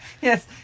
Yes